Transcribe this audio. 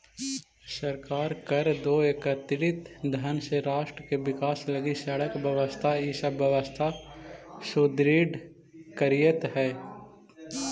सरकार कर दो एकत्रित धन से राष्ट्र के विकास लगी सड़क स्वास्थ्य इ सब व्यवस्था सुदृढ़ करीइत हई